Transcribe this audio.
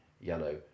yellow